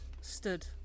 Stood